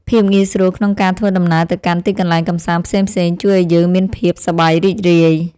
ភាពងាយស្រួលក្នុងការធ្វើដំណើរទៅកាន់ទីកន្លែងកម្សាន្តផ្សេងៗ ជួយឱ្យយើងមានភាពសប្បាយរីករាយ។